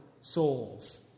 souls